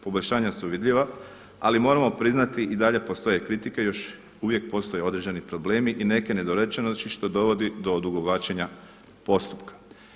Poboljšanja su vidljiva ali moramo priznati i dalje postoje kritike, još uvijek postoje određeni problemi i neke nedorečenosti što dovodi do odugovlačenja postupka.